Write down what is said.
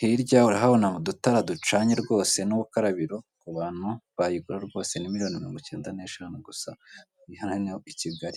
hirya urahabona udutara ducanye rwose n'ukarabiro, ku bantu bayigura rwose ni miliyoni mirongo ikenda n'eshanu gusa iri hano i Kigali.